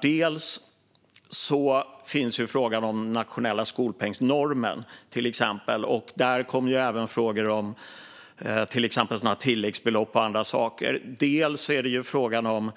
Det handlar till exempel om dels frågan om den nationella skolpengsnormen, där även frågor om tilläggsbelopp och andra saker ingår, dels frågan om